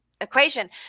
equation